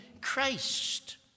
Christ